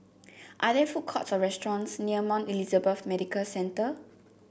are there food courts or restaurants near Mount Elizabeth Medical Centre